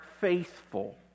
faithful